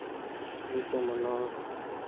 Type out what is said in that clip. ᱜᱮᱠᱚ ᱢᱟᱱᱟᱣᱟ